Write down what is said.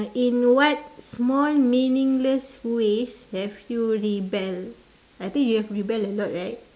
in what small meaningless ways have you rebel I think you have rebel a lot right